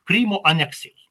krymo aneksijos